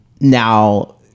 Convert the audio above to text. now